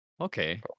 Okay